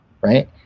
Right